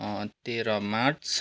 तेह्र मार्च